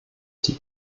die